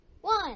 one